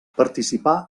participar